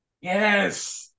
Yes